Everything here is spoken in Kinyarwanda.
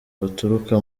baturuka